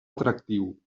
atractiu